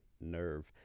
nerve